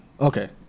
Okay